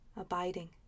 abiding